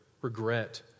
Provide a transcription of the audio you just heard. regret